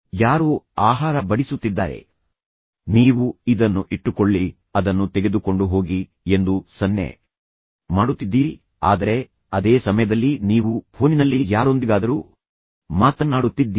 ಯಾರೋ ಆಹಾರ ಬಡಿಸುತ್ತಿದ್ದಾರೆ ಆದ್ದರಿಂದ ನೀವು ಹೋಗಿ ಎಂದು ಹೇಳುತ್ತಿದ್ದೀರಿ ನೀವು ಇದನ್ನು ಇಟ್ಟುಕೊಳ್ಳಿ ನೀವು ಅದನ್ನು ತೆಗೆದುಕೊಂಡು ಹೋಗಿ ಎಂದು ಸನ್ನೆ ಮಾಡುತ್ತಿದ್ದೀರಿ ಆದರೆ ಅದೇ ಸಮಯದಲ್ಲಿ ನೀವು ಫೋನಿನಲ್ಲಿ ಯಾರೊಂದಿಗಾದರೂ ಮಾತನ್ನಾಡುತ್ತಿದ್ದೀರಿ